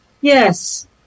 Yes